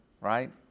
right